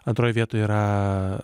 antroj vietoj yra